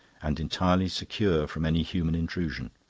and entirely secure from any human intrusion.